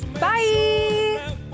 Bye